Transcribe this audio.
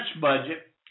budget